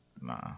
nah